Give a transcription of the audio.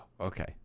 okay